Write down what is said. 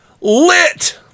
lit